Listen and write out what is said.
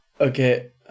Okay